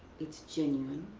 it's genuine.